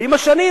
עם השנים,